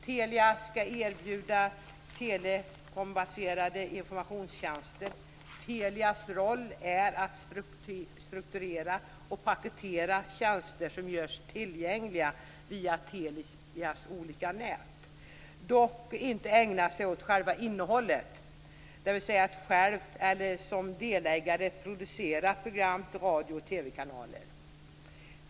Telia skall erbjuda telekombaserade informationstjänster. Telias roll är att strukturera och paketera tjänster som görs tillgängliga via Telias olika nät. Man skall dock inte ägna sig åt själva innehållet, dvs. att själv eller som delägare producera program till radio och TV-kanaler.